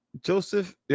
Joseph